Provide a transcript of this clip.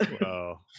Wow